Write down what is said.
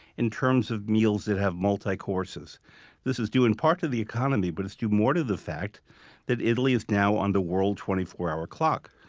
in terms of meals that have multicourses this is due in part to the economy, but it's due more to the fact that italy is now on the world twenty four hour clock.